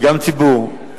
וגם ציבור,